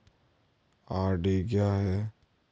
RD क्या है?